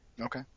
Okay